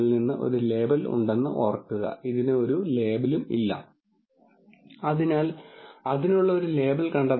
നമ്മൾക്ക് ഡാറ്റയുണ്ട് നമ്മൾക്ക് അത് കാണാൻ കഴിയില്ല കാരണം ചില സന്ദർഭങ്ങളിൽ 1000 10000 ആട്രിബ്യൂട്ടുകൾ ഉള്ളതിനാൽ നമ്മൾക്ക് അത് പ്ലോട്ട് ചെയ്യാൻ കഴിയില്ല